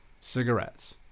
cigarettes